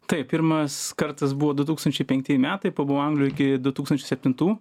taip pirmas kartas buvo du tūkstančiai penktieji metai pabuvau anglijoj iki du tūkstančiai septintų